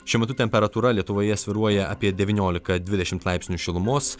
šiuo metu temperatūra lietuvoje svyruoja apie devyniolika dvidešimt laipsnių šilumos